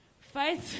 Fight